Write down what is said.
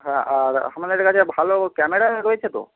হ্যাঁ আর আপনাদের কাছে ভালো ক্যামেরা রয়েছে তো